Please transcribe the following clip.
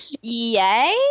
Yay